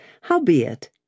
howbeit